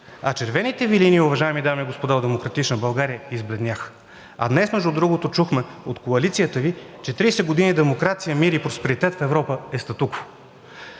А червените Ви линии, уважаеми дами и господа от „Демократична България“, избледняха. А днес, между другото, чухме от коалицията Ви, че 30 години демокрация, мир и просперитет в Европа е статукво.